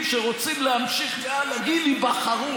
אל תפריעו.